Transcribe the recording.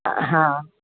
हा